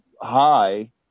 high